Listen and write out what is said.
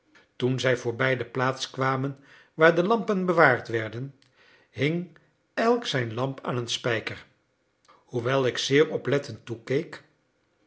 toen zij voorbij de plaats kwamen waar de lampen bewaard werden hing elk zijn lamp aan een spijker hoewel ik zeer oplettend toekeek